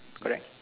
correct